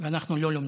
ואנחנו לא לומדים.